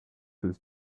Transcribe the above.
this